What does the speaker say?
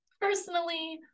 personally